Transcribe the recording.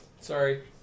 sorry